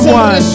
one